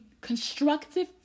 constructive